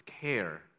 care